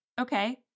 Okay